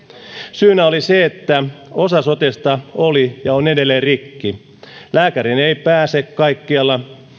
syynä oli se että osa sotesta oli ja on edelleen rikki lääkäriin ei pääse kaikkialla